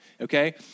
okay